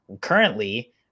Currently